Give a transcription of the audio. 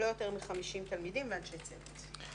לא יותר מ-50 תלמידים ואנשי צוות.